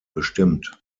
bestimmt